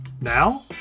Now